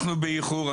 אנחנו באיחור.